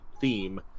theme